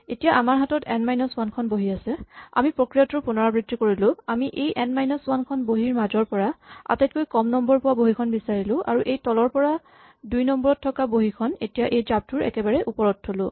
এতিয়া আমাৰ হাতত এন মাইনাচ ৱান খন বহী আছে আমি প্ৰক্ৰিয়াটোৰ পুণৰাবৃত্তি কৰিলোঁ আমি এই এন মাইনাচ ৱান খন বহীৰ মাজৰ পৰা আটাইতকৈ কম নম্বৰ পোৱা বহীখন বিচাৰিলো আৰু এই তলৰ পৰা দুই নম্বৰ ত থকা বহীখন এতিয়া জাপটোৰ একেবাৰে ওপৰত থ'লো